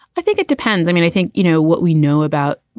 i think it depends. i mean, i think, you know what we know about.